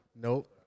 Nope